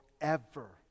forever